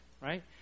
Right